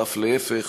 ואף להפך,